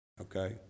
okay